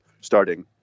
starting